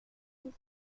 huit